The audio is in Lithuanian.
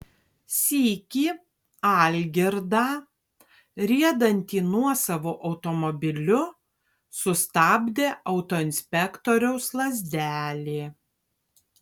sykį algirdą riedantį nuosavu automobiliu sustabdė autoinspektoriaus lazdelė